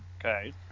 Okay